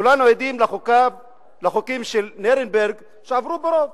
כולנו עדים לחוקים של נירנברג שעברו ברוב,